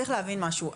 צריך להבין משהו,